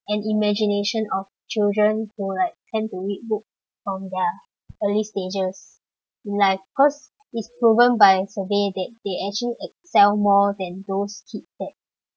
and imagination of children who like tend to read book from their early stages in life cause it's proven by survey that they actually excel more than those kid that